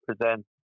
presents